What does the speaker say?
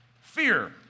Fear